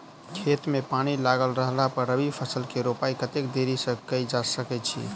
खेत मे पानि लागल रहला पर रबी फसल केँ रोपाइ कतेक देरी धरि कऽ सकै छी?